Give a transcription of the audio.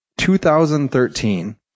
2013